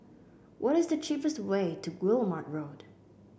what is the cheapest way to Guillemard Road